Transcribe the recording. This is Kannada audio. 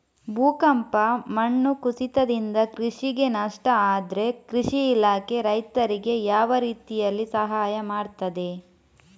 ಭೂಕಂಪ, ಮಣ್ಣು ಕುಸಿತದಿಂದ ಕೃಷಿಗೆ ನಷ್ಟ ಆದ್ರೆ ಕೃಷಿ ಇಲಾಖೆ ರೈತರಿಗೆ ಯಾವ ರೀತಿಯಲ್ಲಿ ಸಹಾಯ ಮಾಡ್ತದೆ?